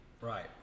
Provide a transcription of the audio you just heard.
Right